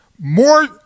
more